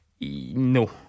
No